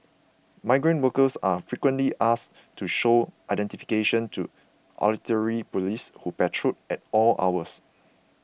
migrant workers are frequently asked to show identification to auxiliary police who patrol at all hours